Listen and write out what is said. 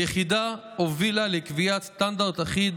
2. היחידה הובילה לקביעת סטנדרט אחיד